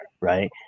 right